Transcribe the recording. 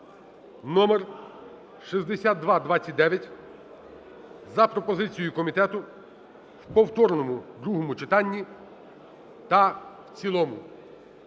№ 6229 за пропозицією комітету в повторному другому читанні та в цілому.